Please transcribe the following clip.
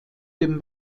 den